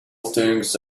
things